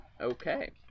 Okay